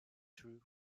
true